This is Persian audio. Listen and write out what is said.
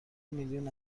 میلیون